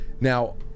Now